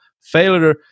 failure